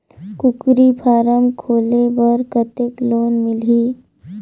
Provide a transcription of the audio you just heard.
कूकरी फारम खोले बर कतेक लोन मिलही?